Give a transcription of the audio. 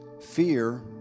Fear